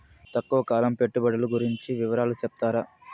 తక్కువ కాలం పెట్టుబడులు గురించి వివరాలు సెప్తారా?